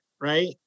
right